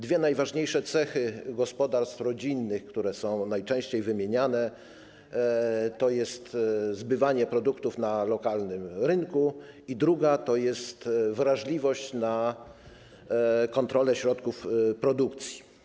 Dwie najważniejsze cechy gospodarstw rodzinnych, które są najczęściej wymieniane, to zbywanie produktów na lokalnym rynku oraz wrażliwość na kontrolę środków produkcji.